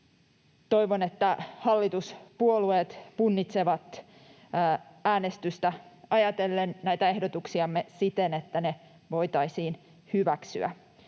Toivon, että hallituspuolueet punnitsevat äänestystä ajatellen näitä ehdotuksiamme siten, että ne voitaisiin hyväksyä.